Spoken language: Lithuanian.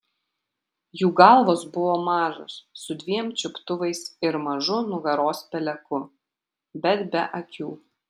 jų galvos buvo mažos su dviem čiuptuvais ir mažu nugaros peleku bet be akių